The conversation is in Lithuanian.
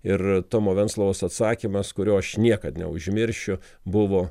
ir tomo venclovos atsakymas kurio aš niekad neužmiršiu buvo